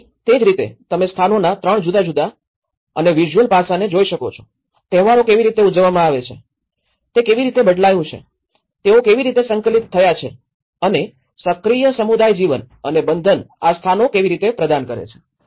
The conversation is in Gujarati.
તેથી તે જ રીતે તમે સ્થાનોના ૩ જુદા જુદા અને વિઝ્યુઅલ પાત્રને જોઈ શકો છો તહેવારો કેવી રીતે ઉજવવામાં આવે છે તે કેવી રીતે બદલાયું છે તેઓ કેવી રીતે સંકલિત થયા છે અને સક્રિય સમુદાય જીવન અને બંધન આ સ્થાનો કેવી રીતે પ્રદાન કરે છે